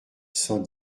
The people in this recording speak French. cent